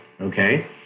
okay